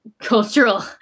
cultural